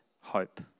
hope